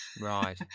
right